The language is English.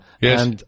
Yes